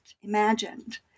imagined